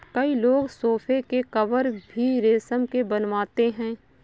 कई लोग सोफ़े के कवर भी रेशम के बनवाते हैं